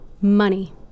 Money